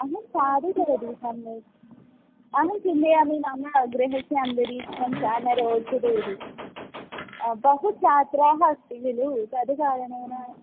अहं साधु भवति सम्यक् अहं चिन्तयामि नाम गृहस्य अन्दरीक्षं सा न रोचते इति बहु छात्राः अस्ति खलु तद् कारणेन